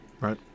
right